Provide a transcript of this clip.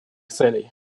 целей